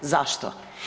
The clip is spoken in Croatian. Zašto?